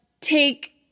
take